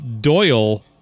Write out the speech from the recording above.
Doyle